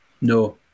No